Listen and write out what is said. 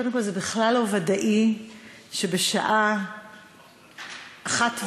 קודם כול זה בכלל לא ודאי שבשעה 01:15,